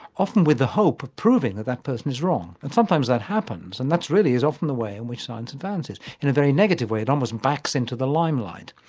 often with the hope of proving that that person is wrong, and sometimes that happens and that really is often the way in which science advances, in a very negative way, it almost backs into the limelight.